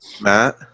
Matt